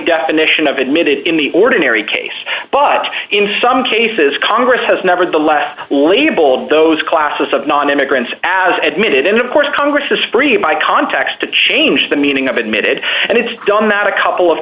definition of admitted in the ordinary case but in some cases congress has nevertheless labeled those classes of non immigrants as admitted and of course congress is free by context to change the meaning of admitted and it's done that a couple of